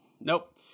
Nope